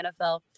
NFL